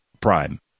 prime